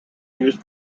used